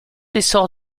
essor